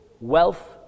Wealth